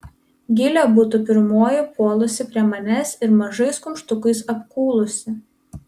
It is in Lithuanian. gilė būtų pirmoji puolusi prie manęs ir mažais kumštukais apkūlusi